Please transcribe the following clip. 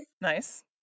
nice